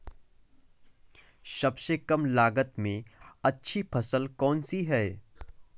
सबसे कम लागत में अच्छी फसल कौन सी है?